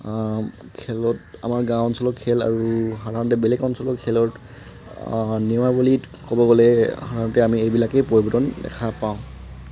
খেলত আমাৰ গাঁও অঞ্চলৰ খেল আৰু সাধাৰণতে বেলেগ অঞ্চলৰ খেলত নিয়মাৱলীত ক'ব গ'লে আমি এইবিলাকেই পৰিৱৰ্তন দেখা পাওঁ